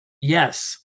Yes